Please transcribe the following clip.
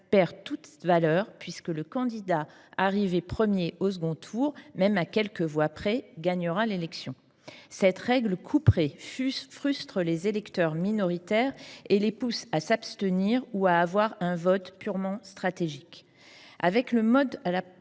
perd toute valeur, puisque le candidat arrivé premier au second tour, même à quelques voix près, gagnera l’élection. Cette règle qui agit comme un couperet frustre les électeurs minoritaires et les pousse à s’abstenir ou à voter de manière purement stratégique. Avec le mode de